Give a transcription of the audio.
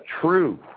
true